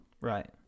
Right